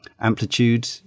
Amplitude